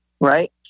Right